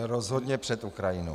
Rozhodně před Ukrajinu.